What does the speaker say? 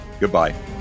Goodbye